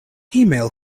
email